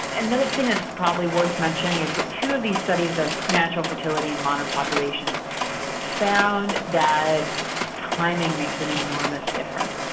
another thing that's probably worth mentioning is that two of these studies of natural fertility in modern populations found that timing makes an enormous difference.